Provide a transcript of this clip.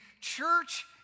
church